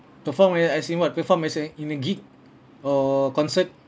perform uh as in what perform is a in a gig or concert